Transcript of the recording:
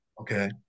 Okay